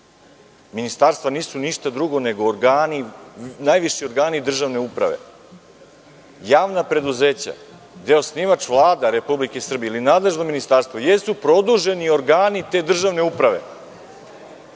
Ministarstva nisu ništa drugo nego najviši organi državne uprave. Javna preduzeća, gde je osnivač Vlada Republike Srbije ili nadležno ministarstvo, jesu produženi organi te državne uprave.